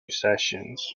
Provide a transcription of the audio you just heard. sessions